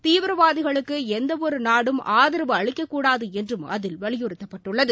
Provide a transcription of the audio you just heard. தீவிரவாதிகளுக்கு எந்தவொரு நாடும் ஆதரவு அளிக்கக் கூடாது என்றும் அதில் வலியறுத்தப்பட்டுள்ளது